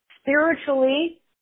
Spiritually